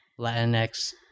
Latinx